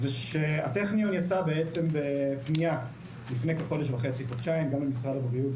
שהטכניון יצא בפנייה לפני כחודש וחצי-חודשיים גם למשרד הבריאות,